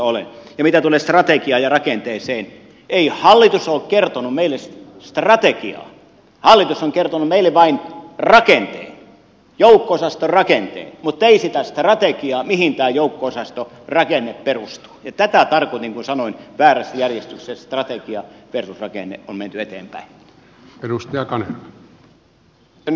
ja mitä tulee strategiaan ja rakenteeseen ei hallitus ole kertonut meille strategiaa hallitus on kertonut meille vain rakenteen joukko osaston rakenteen mutta ei sitä strategiaa mihin tämä joukko osastorakenne perustuu ja tätä tarkoitin kun sanoin että väärässä järjestyksessä strategia versus rakenne on menty eteenpäin